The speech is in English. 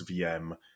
VM